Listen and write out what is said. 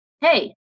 hey